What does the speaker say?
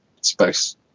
space